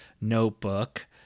notebook